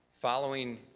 following